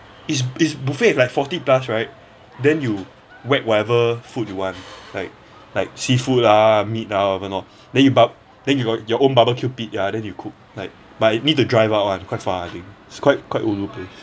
is is buffet is like forty plus right then you whack whatever food you want like like seafood ah meat ah whatever not then you bar~ then you got your own barbecue pit yeah then you cook like but you need to drive out one quite far I think it's quite quite ulu place